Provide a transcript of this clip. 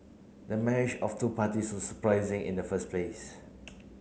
the marriage of two parties was surprising in the first place